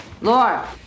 Laura